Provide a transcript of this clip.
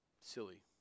silly